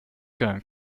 going